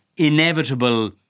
Inevitable